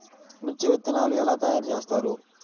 మిర్చి విత్తనాలు ఎలా తయారు చేస్తారు?